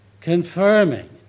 confirming